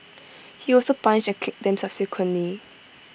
he also punched and kicked them subsequently